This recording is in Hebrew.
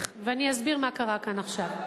ואני אסביר מה קרה כאן עכשיו.